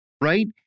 Right